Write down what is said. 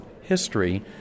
history